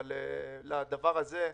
אבל לדבר הזה,